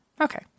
okay